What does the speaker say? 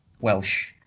Welsh